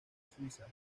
suiza